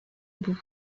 bout